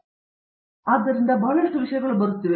ರವೀಂದ್ರ ಗೆಟ್ಟು ಆದ್ದರಿಂದ ಬಹಳಷ್ಟು ವಿಷಯಗಳು ಬರುತ್ತಿವೆ